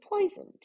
poisoned